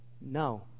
No